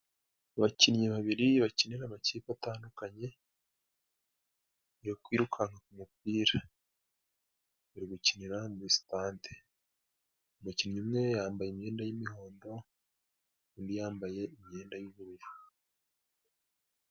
Abakinnyi babiri bakinira amakipe atandukanye yo kwirukanka ku mupira. Bari gukinira muri sitade. Umukinnyi umwe yambaye imyenda y'umuhondo, undi yambaye imyenda yu'bururu.